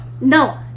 No